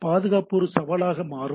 பாதுகாப்பு ஒரு பெரிய சவாலாக மாறும்